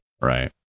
Right